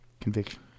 conviction